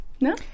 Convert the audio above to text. No